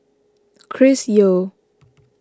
Chris Yeo